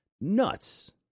nuts